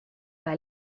pas